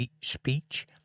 speech